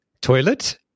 Toilet